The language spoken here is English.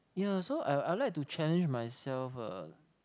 ya so I'll I'll like to challenge myself uh